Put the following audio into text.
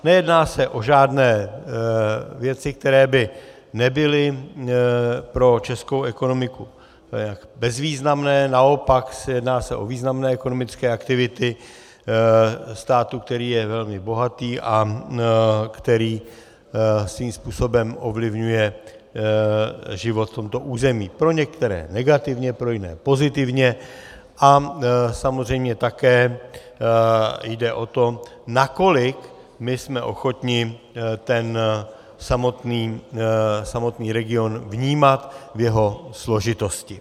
Nejedná se žádné věci, které by nebyly pro českou ekonomiku nějak bezvýznamné, naopak, jedná se o významné ekonomické aktivity státu, který je velmi bohatý a který svým způsobem ovlivňuje život v tomto území, pro některé negativně, pro jiné pozitivně, a samozřejmě také jde o to, nakolik my jsme ochotni ten samotný region vnímat v jeho složitosti.